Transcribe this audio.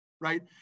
right